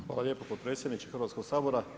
Hvala lijepo potpredsjedniče Hrvatskog sabora.